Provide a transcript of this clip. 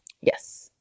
Yes